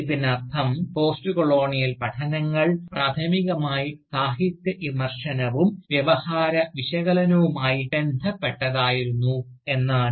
ഇതിനർത്ഥം പോസ്റ്റ്കൊളോണിയൽ പഠനങ്ങൾ പ്രാഥമികമായി സാഹിത്യ വിമർശനവും വ്യവഹാര വിശകലനവുമായി ബന്ധപ്പെട്ടതായിരുന്നു എന്നാണ്